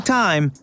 time